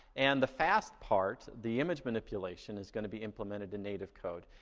and the fast part, the image manipulation, is gonna be implemented in native code.